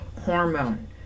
hormone